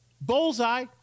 Bullseye